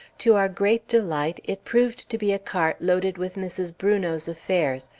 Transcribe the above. to our great delight, it proved to be a cart loaded with mrs. brunot's affairs,